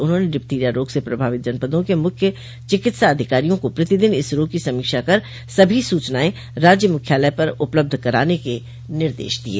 उन्होंने डिफथिरिया रोग से प्रभावित जनपदों के मुख्य चिकित्साधिकारियों को प्रतिदिन इस रोग की समीक्षा कर सभी सूचनाएं राज्य मुख्यालय पर उपलब्ध कराने के निर्देश दिये